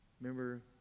Remember